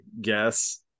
guess